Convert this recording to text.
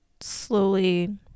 slowly